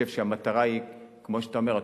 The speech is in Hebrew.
חושב שהמטרה היא כמו שאתה אומר,